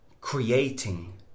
creating